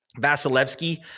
Vasilevsky